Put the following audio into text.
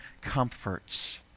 comforts